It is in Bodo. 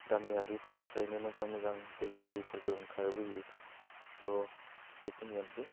गामियारिफोरनिफ्रायनो मोजां मोजां गेलेगिरिफोरबो ओंखार बोयो थह बेखिनियानोसै